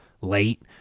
late